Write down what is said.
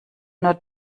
nur